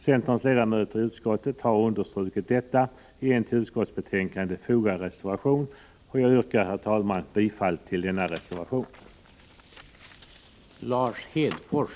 Centerns ledamöter i utskottet har understrukit detta i en till utskottsbetänkandet fogad reservation, till vilken jag yrkar bifall.